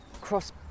cross